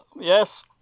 Yes